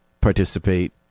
participate